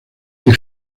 que